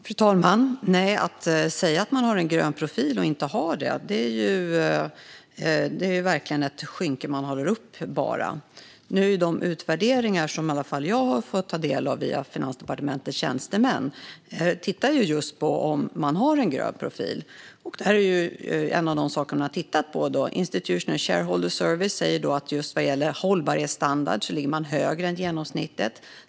Fru talman! Om man säger att man har en grön profil men inte har det är ju bara ett skynke man håller upp. De utvärderingar som jag har fått ta del av via Finansdepartementets tjänstemän tittar just på om banken har en grön profil. Institutional Shareholder Services säger att vad det gäller just hållbarhetsstandard ligger banken högre än genomsnittet.